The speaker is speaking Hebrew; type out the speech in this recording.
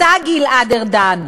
אתה, גלעד ארדן,